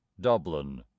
Dublin